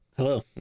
hello